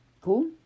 Cool